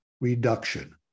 reduction